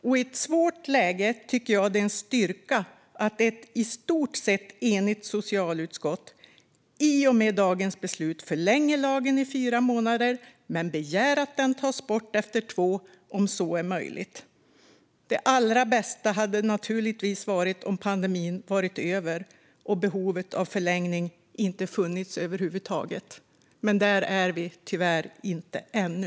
Jag tycker att det i ett svårt läge är en styrka att ett i stort sett enigt socialutskott i och med dagens beslut förlänger lagen i fyra månader men begär att den ska tas bort efter två om så är möjligt. Det allra bästa hade naturligtvis varit om pandemin hade varit över och behovet av förlängning inte funnits över huvud taget, men där är vi tyvärr inte ännu.